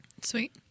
Sweet